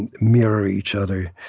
and mirror each other,